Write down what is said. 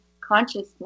consciousness